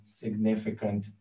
significant